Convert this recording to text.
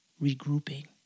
regrouping